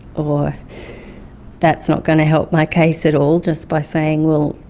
or that's not going to help my case at all, just by saying, well,